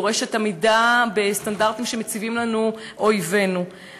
דורשת עמידה בסטנדרטים שמציבים לנו אויבינו.